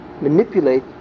manipulate